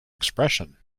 expression